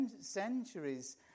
centuries